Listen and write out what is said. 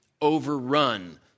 overrun